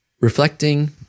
Reflecting